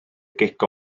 gic